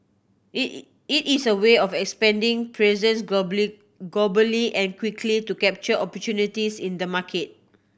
it it is a way of expanding presence globally and quickly to capture opportunities in the market